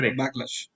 backlash